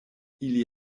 ili